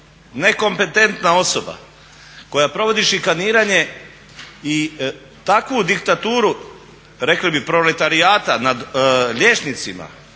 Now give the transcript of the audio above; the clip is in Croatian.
nekompetentna osoba koja provodi šikaniranje i takvu diktaturu rekli bi proletarijata nad liječnicima